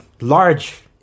large